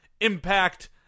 Impact